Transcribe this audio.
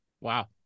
Wow